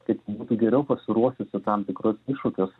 kad būtų geriau pasiruošusi tam tikrus iššūkius